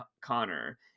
Connor